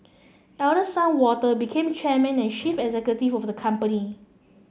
eldest son Walter became chairman and chief executive of the company